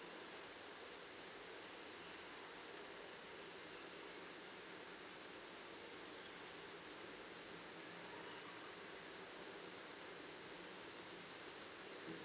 um